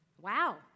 wow